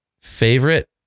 Favorite